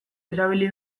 erabili